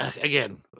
again